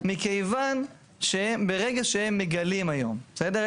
מכיוון שברגע שהם מגלים היום, בסדר?